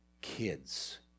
kids